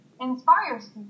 inspires